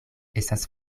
estas